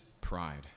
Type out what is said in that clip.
pride